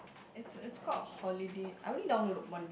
it's it's called holiday I only downloaded one